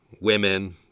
Women